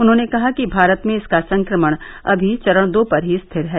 उन्होंने कहा कि भारत में इसका संक्रमण अभी चरण दो पर ही स्थिर है